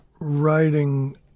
writing